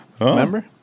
remember